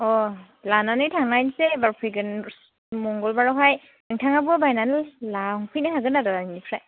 लानानै थांनायसै एबार फैगोन मंगलबारावहाय नोंथाङाबो बायनानै लांफैनो हागोन आरो आंनिफ्राय